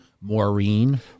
Maureen